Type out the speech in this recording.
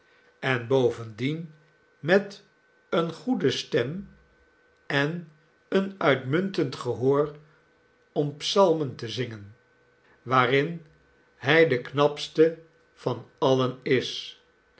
en bovendien met eene goede stem en een uitmuntend gehoor om psalmen te zingen waarin hij de knapste van alien is